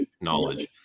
knowledge